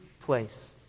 place